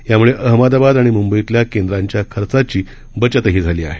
याम्ळेअहमदाबादआणिम्ंबईतल्याकेंद्रांच्याखर्चाचीबचतहीझालीआहे